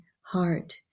heart